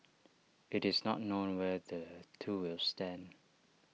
IT is not known where the two will stand